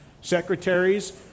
secretaries